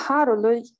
Harului